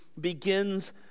begins